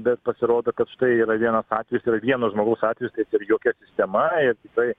bet pasirodo kad štai yra vienas atvejis yra vieno žmogaus atvejis tas yra jokia sistema ir tikrai